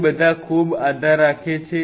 તે બધા ખૂબ આધાર રાખે છે